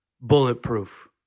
Bulletproof